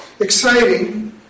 exciting